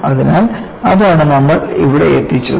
അതിനാൽ അതാണ് നമ്മൾ ഇവിടെയെത്തിച്ചത്